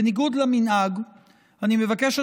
בניגוד למנהג אני מבקש,